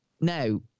Now